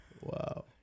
Wow